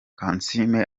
kansiime